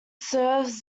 serves